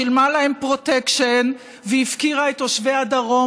שילמה להם פרוטקשן והפקירה את תושבי הדרום